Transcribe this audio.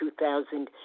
2,000